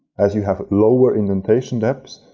as you have lower indentation depths.